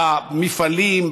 במפעלים,